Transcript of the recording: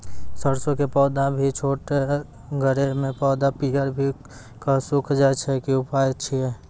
सरसों के पौधा भी छोटगरे मे पौधा पीयर भो कऽ सूख जाय छै, की उपाय छियै?